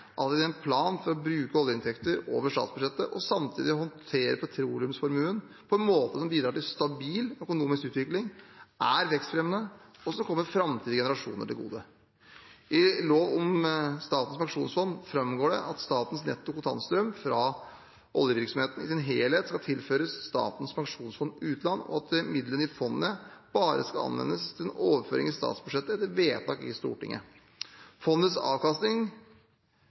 en plan for å bruke oljeinntekter over statsbudsjettet og samtidig håndtere petroleumsformuen på en måte som bidrar til en stabil økonomisk utvikling, er vekstfremmende, og som kommer framtidige generasjoner til gode. I lov om Statens pensjonsfond framgår det at statens netto kontantstrøm fra oljevirksomheten i sin helhet skal tilføres Statens pensjonsfond utland, og at midlene i fondet bare kan anvendes til en overføring til statsbudsjettet etter vedtak i Stortinget. Fondets avkastning